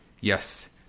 Yes